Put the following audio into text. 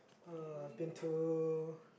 uh I've been to